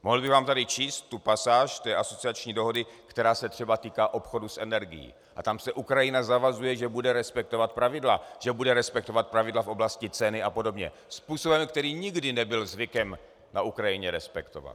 Mohl bych vám tady číst tu pasáž asociační dohody, která se třeba týká obchodu s energií, a tam se Ukrajina zavazuje, že bude respektovat pravidla, že bude respektovat pravidla v oblasti ceny apod., způsobem, který nikdy nebyl zvykem na Ukrajině respektovat.